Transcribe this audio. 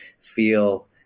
feel